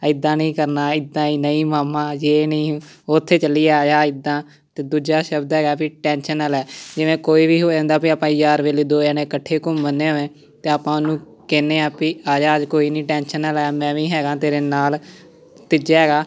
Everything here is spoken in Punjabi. ਇੱਦਾਂ ਨਹੀਂ ਕਰਨਾ ਇੱਦਾਂ ਹੀ ਨਹੀਂ ਮਾਮਾ ਜੇ ਨਹੀਂ ਉੱਥੇ ਚੱਲੀਏ ਆਜਾ ਇੱਦਾਂ ਅਤੇ ਦੂਜਾ ਸ਼ਬਦ ਹੈਗਾ ਵੀ ਟੈਂਸ਼ਨ ਨਾ ਲੈ ਜਿਵੇਂ ਕੋਈ ਵੀ ਹੋ ਜਾਂਦਾ ਵੀ ਆਪਾਂ ਯਾਰ ਵੇਲੀ ਦੋ ਜਾਣੇ ਇਕੱਠੇ ਘੁੰਮ ਆਉਂਦੇ ਵੇ ਆਪਾਂ ਉਹਨੂੰ ਕਹਿੰਦੇ ਹਾਂ ਵੀ ਆਜਾ ਅੱਜ ਕੋਈ ਨਹੀਂ ਟੈਂਸ਼ਨ ਨਾ ਲੈ ਮੈਂ ਵੀ ਹੈਗਾ ਤੇਰੇ ਨਾਲ ਤੀਜਾ ਹੈਗਾ